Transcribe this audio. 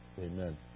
Amen